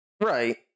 Right